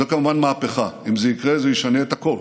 זו כמובן מהפכה, אם זה יקרה זה ישנה את הכול.